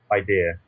idea